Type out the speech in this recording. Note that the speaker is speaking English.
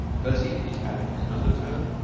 percy ate his haddock in an undertone.